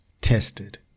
tested